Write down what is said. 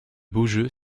beaujeu